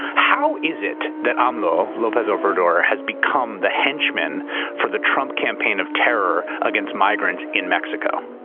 how is it that amlo, lopez obrador, has become the henchman for the trump campaign of terror against migrants in mexico?